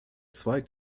zweig